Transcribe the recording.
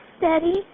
Daddy